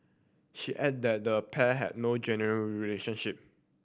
she added that the pair had no genuine relationship